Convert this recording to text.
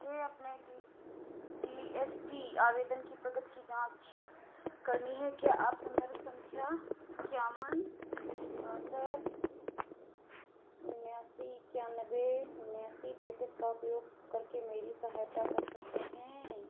मुझे अपने T G S T आवेदन की प्रगति की जाँच करनी है क्या आप संदर्भ संख्या इक्यावन बासठ उनासी इक्यानवे उनासी तैंतीस का उपयोग करके मेरी सहायता कर सकते हैं